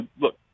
look